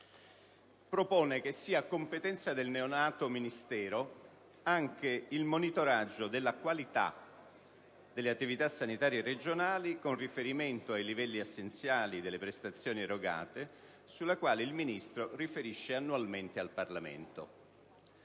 Propone che sia competenza del neonato Ministero anche il «monitoraggio della qualità delle attività sanitarie regionali con riferimento ai livelli essenziali delle prestazioni erogate, sulla quale il Ministro riferisce annualmente al Parlamento».